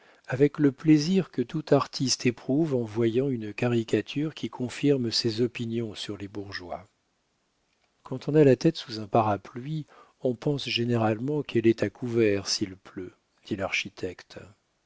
avec le plaisir que tout artiste éprouve en voyant une caricature qui confirme ses opinions sur les bourgeois quand on a la tête sous un parapluie on pense généralement qu'elle est à couvert s'il pleut dit l'architecte